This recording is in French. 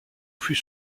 fut